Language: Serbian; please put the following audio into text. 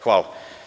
Hvala.